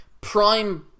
prime